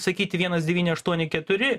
sakyti vienas devyni aštuoni keturi